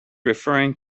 referring